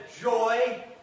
joy